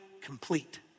complete